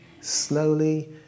slowly